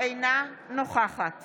אינה נוכחת